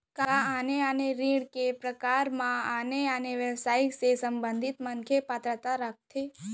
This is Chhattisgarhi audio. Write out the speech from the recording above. का आने आने ऋण के प्रकार म आने आने व्यवसाय से संबंधित मनखे पात्रता रखथे?